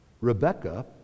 Rebecca